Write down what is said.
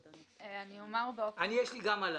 גם לי יש מה לענות.